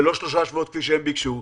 ולא של שלושה שבועות כפי שהם ביקשו.